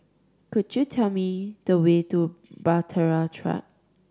could you tell me the way to Bahtera Track